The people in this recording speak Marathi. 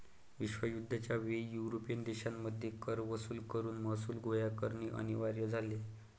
विश्वयुद्ध च्या वेळी युरोपियन देशांमध्ये कर वसूल करून महसूल गोळा करणे अनिवार्य झाले